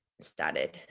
started